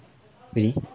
really